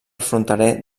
fronterer